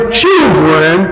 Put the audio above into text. children